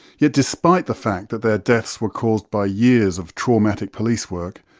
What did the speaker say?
yet despite the fact that their deaths were caused by years of traumatic police work,